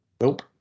Nope